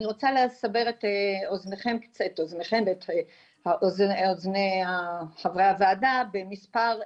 אני רוצה לסבר את אוזניכם ואת אוזני חברי הוועדה במספר נתון.